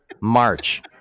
March